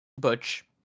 butch